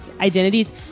identities